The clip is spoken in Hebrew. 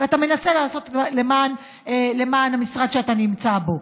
ואתה מנסה לעשות למען המשרד שאתה נמצא בו.